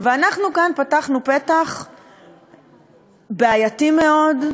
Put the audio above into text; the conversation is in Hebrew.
ואנחנו כאן פתחנו פתח בעייתי מאוד,